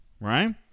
Right